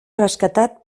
rescatat